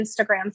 Instagram